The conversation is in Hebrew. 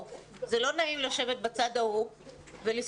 זה לא נעים לשבת בצד ההוא ולספוג.